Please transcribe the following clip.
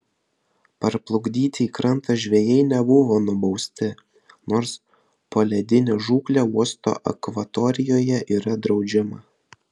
parplukdyti į krantą žvejai nebuvo nubausti nors poledinė žūklė uosto akvatorijoje yra draudžiama